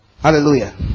Hallelujah